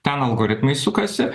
ten algoritmai sukasi